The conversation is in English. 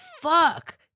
fuck